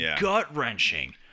gut-wrenching